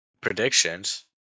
predictions